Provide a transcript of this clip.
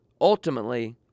ultimately